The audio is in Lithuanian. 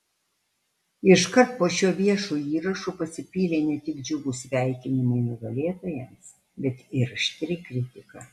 iškart po šiuo viešu įrašu pasipylė ne tik džiugūs sveikinimai nugalėtojams bet ir aštri kritika